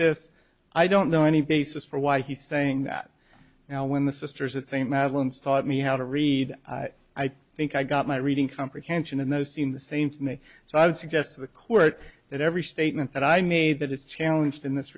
this i don't know any basis for why he's saying that now when the sisters at st madeleine's taught me how to read i think i got my reading comprehension and those seem the same to me so i would suggest to the court that every statement that i made that is challenged in this